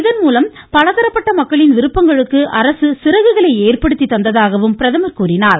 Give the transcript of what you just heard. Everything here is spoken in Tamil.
இதன் மூலம் பலதரப்பட்ட மக்களின் விருப்பங்களுக்கு அரசு சிறகுகளை ஏற்படுத்தி தந்ததாகவும் பிரதமர் கூறினார்